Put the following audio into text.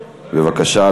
בבקשה.